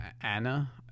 Anna